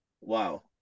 wow